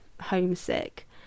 Homesick